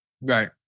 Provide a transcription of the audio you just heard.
Right